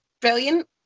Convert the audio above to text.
brilliant